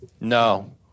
no